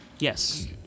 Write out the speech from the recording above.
Yes